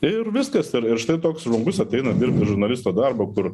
ir viskas ir ir štai toks žmogus ateina dirbti žurnalisto darbo kur